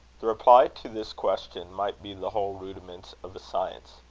the reply to this question might be the whole rudiments of a science.